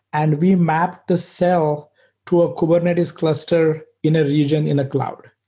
and we map the cell to a kubernetes cluster in a region in a cloud.